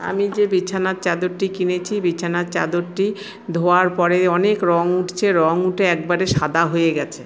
আমি যে বিছানার চাদরটি কিনেছি বিছানার চাদরটি ধোওয়ার পরে অনেক রং উঠছে রং উঠে একবারে সাদা হয়ে গেছে